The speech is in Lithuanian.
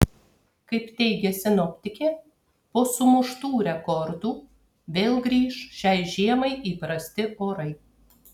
kaip teigia sinoptikė po sumuštų rekordų vėl grįš šiai žiemai įprasti orai